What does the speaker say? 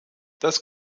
das